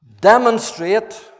demonstrate